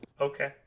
Okay